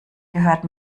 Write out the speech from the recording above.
gehört